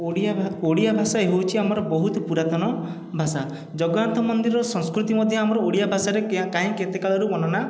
ଓଡ଼ିଆ ଓଡ଼ିଆ ଭାଷା ହେଉଛି ଆମର ବହୁତ ପୁରାତନ ଭାଷା ଜଗନ୍ନାଥ ମନ୍ଦିର ସଂସ୍କୃତି ମଧ୍ୟ ଆମର ଓଡ଼ିଆ ଭାଷାରେ କାହିଁ କେତେ କାଳରୁ ବର୍ଣ୍ଣନା